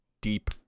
deep